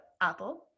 Apple